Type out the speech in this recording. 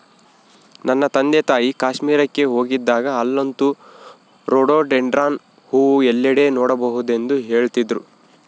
ನನ್ನ ತಂದೆತಾಯಿ ಕಾಶ್ಮೀರಕ್ಕೆ ಹೋಗಿದ್ದಾಗ ಅಲ್ಲಂತೂ ರೋಡೋಡೆಂಡ್ರಾನ್ ಹೂವು ಎಲ್ಲೆಡೆ ನೋಡಬಹುದೆಂದು ಹೇಳ್ತಿದ್ರು